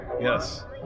Yes